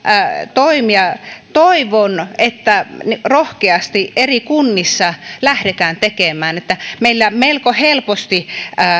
toimia toivon että rohkeasti eri kunnissa lähdetään tekemään meillä melko helposti